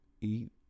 Eat